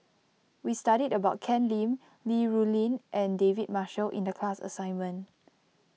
we studied about Ken Lim Li Rulin and David Marshall in the class assignment